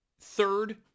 third